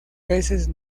veces